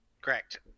Correct